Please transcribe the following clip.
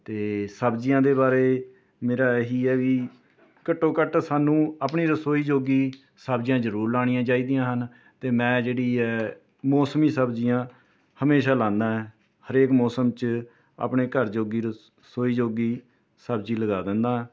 ਅਤੇ ਸਬਜ਼ੀਆਂ ਦੇ ਬਾਰੇ ਮੇਰਾ ਇਹੀ ਆ ਵੀ ਘੱਟੋਂ ਘੱਟ ਸਾਨੂੰ ਆਪਣੀ ਰਸੋਈ ਜੋਗੀ ਸਬਜ਼ੀਆਂ ਜ਼ਰੂਰ ਲਾਉਣੀਆਂ ਚਾਹੀਦੀਆਂ ਹਨ ਅਤੇ ਮੈਂ ਜਿਹੜੀ ਹੈ ਮੌਸਮੀ ਸਬਜ਼ੀਆਂ ਹਮੇਸ਼ਾ ਲਾਉਂਦਾ ਹਰੇਕ ਮੌਸਮ 'ਚ ਆਪਣੇ ਘਰ ਜੋਗੀ ਰਸ ਰਸੋਈ ਜੋਗੀ ਸਬਜ਼ੀ ਲਗਾ ਦਿੰਦਾ